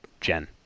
jen